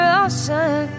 ocean